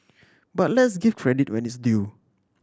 but let's give credit where it is due